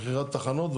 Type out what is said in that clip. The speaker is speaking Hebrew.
מכירת תחנות,